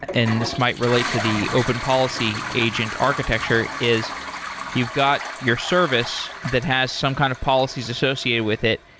and this might relate to the open policy agent architecture, is you've got your service that has some kind of policies associated with it,